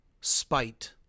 spite